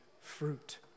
fruit